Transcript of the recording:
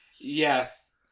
yes